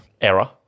Error